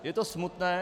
Je to smutné.